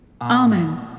Amen